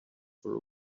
for